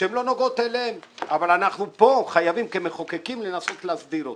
שהן לא נוגעות אליהם אבל אנחנו כאן חייבים כמחוקקים לנסות להסדיר אותן.